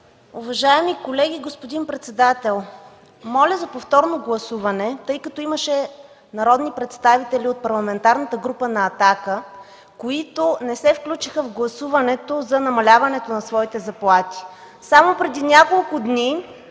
Уважаеми колеги, господин председател, моля за повторно гласуване, тъй като имаше народни представители от Парламентарната група на „Атака”, които не се включиха в гласуването за намаляването на своите заплати. Само преди няколко дни